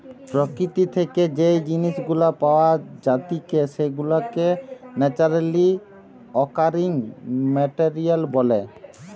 প্রকৃতি থেকে যেই জিনিস গুলা পাওয়া জাতিকে সেগুলাকে ন্যাচারালি অকারিং মেটেরিয়াল বলে